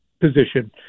position